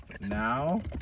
Now